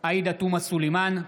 עאידה תומא סלימאן,